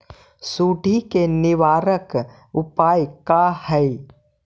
सुंडी के निवारक उपाय का हई?